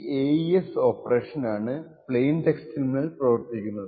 ഈ AES operation ആണ് plain ടെസ്റ്റിന്മേൽ പ്രവർത്തിക്കുന്നത്